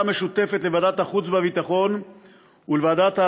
המשותפת לוועדת החוץ והביטחון ולוועדת העבודה,